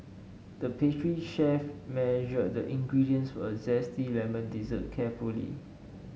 the pastry chef measured the ingredients for a zesty lemon dessert carefully